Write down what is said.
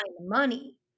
money